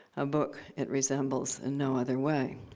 a book it resembles in no other way.